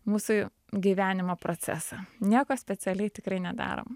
mūsų gyvenimo procesą nieko specialiai tikrai nedarom